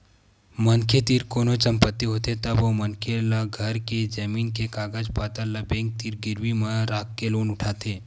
मनखे तीर कोनो संपत्ति होथे तब ओ मनखे ल घर ते जमीन के कागज पतर ल बेंक तीर गिरवी म राखके लोन उठाथे